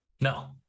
No